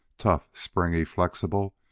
tough, springy, flexible,